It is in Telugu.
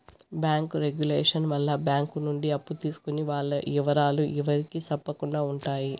బ్యాంకు రెగులేషన్ వల్ల బ్యాంక్ నుండి అప్పు తీసుకున్న వాల్ల ఇవరాలు ఎవరికి సెప్పకుండా ఉంటాయి